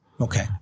Okay